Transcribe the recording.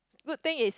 good thing is